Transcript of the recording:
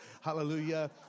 Hallelujah